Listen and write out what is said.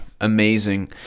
amazing